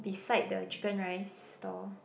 beside the chicken rice stall